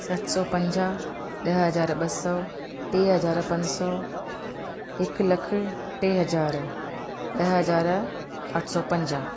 सत सौ पंजाह ॾह हज़ार ॿ सौ टे हज़ार पंज सौ हिकु लख टे हजा़र ॾह हज़ार अठ सौ पंजाह